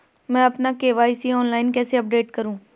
मैं अपना KYC online कैसे अपडेट करूँ?